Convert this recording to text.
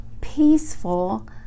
peaceful